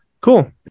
cool